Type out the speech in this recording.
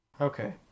Okay